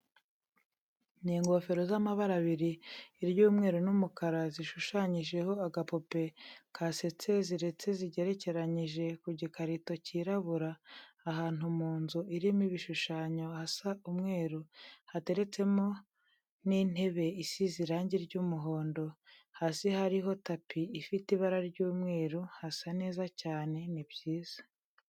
Ni ingofero zamabara abiri Iryumweru nu mukara zishushanyijeho agapupe kasetse ziretse zigerekanyije kugikarito kirabura Ahanu munzu Irimo ibishushanyo hasa umweru hateretsemo nuntebe isize irange ryumuhondo hasi hariho tapi ifite ibara ryumweru hasa neza cyane nibyiza.